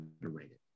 underrated